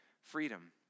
freedom